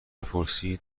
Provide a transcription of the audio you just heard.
پرسید